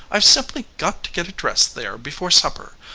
i've simply got to get a dress there before supper.